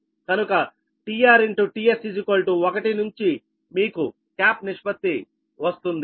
కనుక tRtS 1 నుంచి మీకు ట్యాప్ నిష్పత్తి వస్తుంది